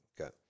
Okay